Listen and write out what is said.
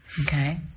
Okay